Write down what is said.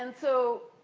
and so,